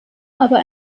aber